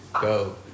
Go